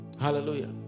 hallelujah